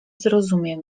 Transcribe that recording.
zrozumie